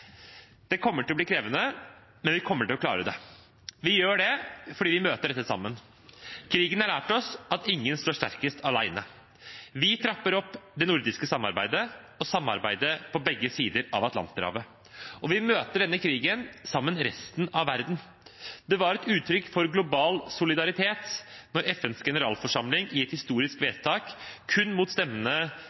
Det kommer til å bli krevende, men vi kommer til å klare det. Vi gjør det fordi vi møter dette sammen. Krigen har lært oss at ingen står sterkest alene. Vi trapper opp det nordiske samarbeidet og samarbeidet på begge sider av Atlanterhavet. Vi møter denne krigen sammen med resten av verden. Det var et uttrykk for global solidaritet da FNs generalforsamling i et historisk vedtak – kun mot stemmene